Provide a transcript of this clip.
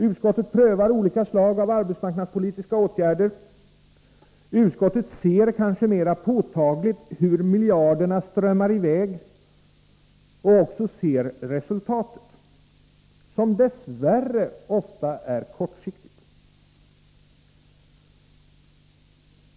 Utskottet prövar olika slag av arbetsmarknadspolitiska åtgärder. Utskottet ser kanske mera påtagligt hur miljarderna strömmar iväg. Och vad blir resultatet — som dess värre ofta är kortsiktigt? Jag upprepar att våra åtgärder tyvärr blir kortsiktiga.